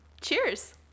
Cheers